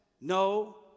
no